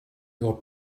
your